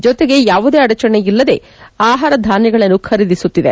ಜತೆಗೆ ಯಾವುದೇ ಅಡಚಣೆ ಇಲ್ಲದೆ ಆಹಾರ ಧಾನ್ವಗಳನ್ನು ಖರೀದಿಸುತ್ತಿದೆ